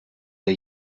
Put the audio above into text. der